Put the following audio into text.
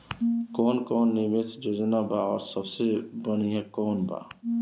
कवन कवन निवेस योजना बा और सबसे बनिहा कवन बा?